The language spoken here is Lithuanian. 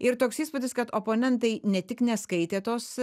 ir toks įspūdis kad oponentai ne tik neskaitė tos